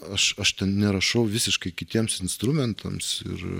aš aš nerašau visiškai kitiems instrumentams ir